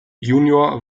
junior